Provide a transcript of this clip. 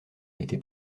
été